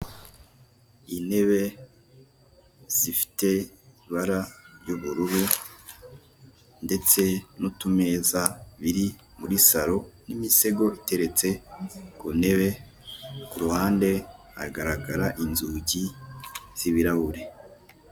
Intebe zifite ibara ry'ubururu ndetse n'utumeza biri muri saro n'imisego iteretse ku ntebe ku ruhande hagaragara inzugi z'ibirahure.